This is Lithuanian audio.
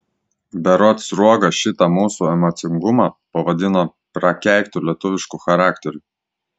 berods sruoga šitą mūsų emocingumą pavadino prakeiktu lietuvišku charakteriu